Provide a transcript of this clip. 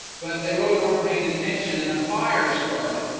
but they really weren't paying attention and a fire started.